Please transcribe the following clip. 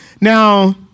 Now